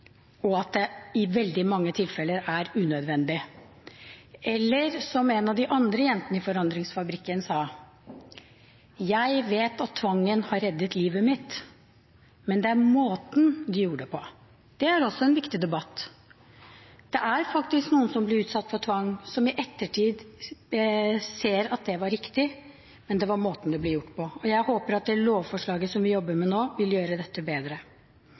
og at det i veldig mange tilfeller er unødvendig – eller som en av de andre jentene i Forandringsfabrikken sa: Jeg vet at tvangen har reddet livet mitt, men det er måten de gjorde det på. Det er også en viktig debatt. Det er faktisk noen som blir utsatt for tvang, som i ettertid ser at det var riktig, men det var måten det ble gjort på. Jeg håper det lovforslaget som vi jobber med nå, vil gjøre dette bedre.